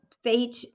Fate